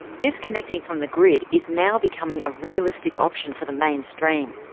disconnecting from the grid is now becoming a realistic option for the mainstream.